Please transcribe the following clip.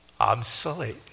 obsolete